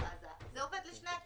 לדיון